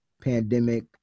pandemic